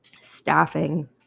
staffing